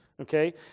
okay